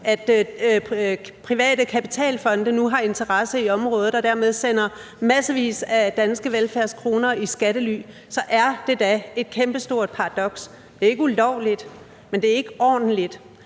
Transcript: at private kapitalfonde nu har interesse i området og dermed sender massevis af danske velfærdskroner i skattely. Det er da et kæmpestort paradoks. Det er ikke ulovligt, men det er ikke ordentligt.